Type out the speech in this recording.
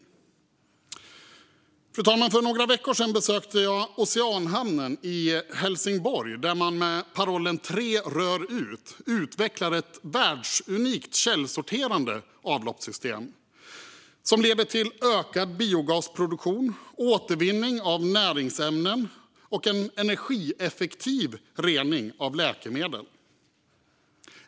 Fru talman! För några veckor sedan besökte jag Oceanhamnen i Helsingborg, där man med parollen Tre rör ut utvecklar ett världsunikt källsorterande avloppssystem som leder till ökad biogasproduktion, återvinning av näringsämnen och en energieffektiv rening av läkemedel.